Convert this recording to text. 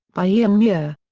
by ian muir.